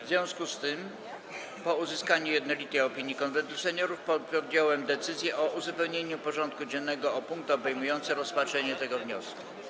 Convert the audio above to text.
W związku z tym, po uzyskaniu jednolitej opinii Konwentu Seniorów, podjąłem decyzję o uzupełnieniu porządku dziennego o punkt obejmujący rozpatrzenie tego wniosku.